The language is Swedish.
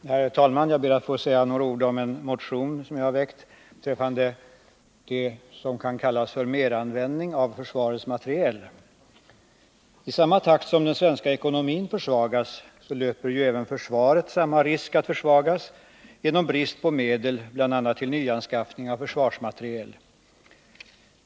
Herr talman! Jag ber att få säga några ord om en motion som jag har väckt beträffande vad som kan kallas för meranvändning av försvarets materiel. I samma takt som den svenska ekonomin försvagas löper även försvaret samma risk att försvagas genom brist på medel, bl.a. till nyanskaffning av försvarsmateriel.